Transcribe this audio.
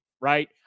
right